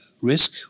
risk